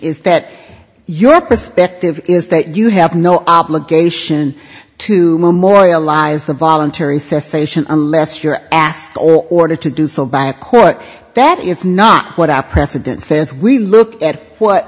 is that your perspective is that you have no obligation to moralize the voluntary cessation unless you're asked or ordered to do so by a court that it's not what our president says we look at what